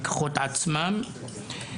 בכוחות עצמם,